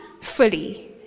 fully